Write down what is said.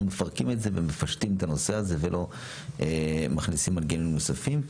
מפרקים את זה ומפשטים את הנושא הזה ולא מכניסים מנגנונים נוספים.